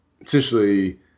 essentially